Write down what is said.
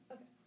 Okay